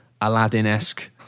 Aladdin-esque